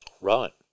right